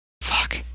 Fuck